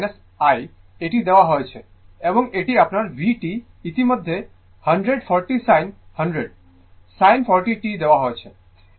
এটি দেওয়া হয়েছে এবং এটি আপনার v t ইতিমধ্যে 100 40 sin 100 sin 40 t দেওয়া হয়েছে